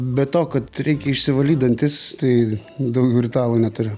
be to kad reikia išsivalyt dantis tai daugiau ritualų neturiu